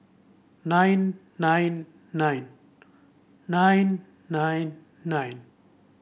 nine nine nine nine nine nine